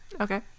Okay